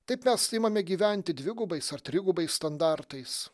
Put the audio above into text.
taip mes imame gyventi dvigubais ar trigubais standartais